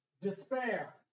despair